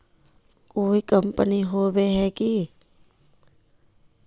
कोई कंपनी होबे है की?